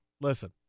listen